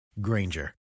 Granger